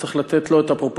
צריך לתת לו את הפרופורציות,